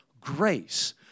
grace